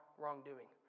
wrongdoing